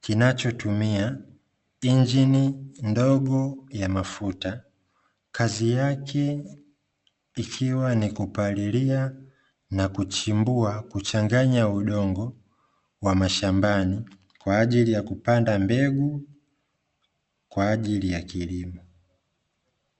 kinachotumia injini ndogo ya mafuta, kazi yake ikiwa ni kupalilia na kuchimbua, kuchanganya udongo wa mshambani, kwa ajili ya kupanda mbegu kwa ajili ya kilimo.